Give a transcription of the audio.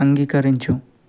అంగీకరించు